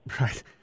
right